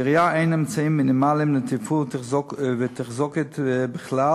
לעירייה אין אמצעים מינימליים לתפעול ותחזוקה בכלל